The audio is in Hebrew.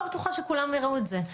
לא בטוחה שכולם יראו את זה.